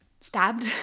stabbed